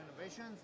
innovations